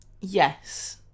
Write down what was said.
yes